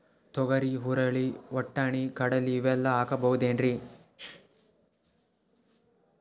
ತೊಗರಿ, ಹುರಳಿ, ವಟ್ಟಣಿ, ಕಡಲಿ ಇವೆಲ್ಲಾ ಹಾಕಬಹುದೇನ್ರಿ?